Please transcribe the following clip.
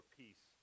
peace